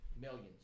Millions